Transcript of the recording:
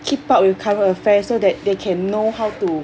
keep up with current affairs so that they can know how to